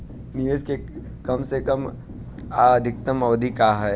निवेश के कम से कम आ अधिकतम अवधि का है?